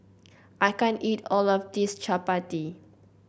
I can't eat all of this Chapati